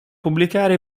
pubblicare